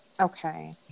Okay